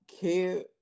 care